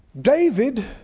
David